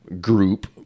group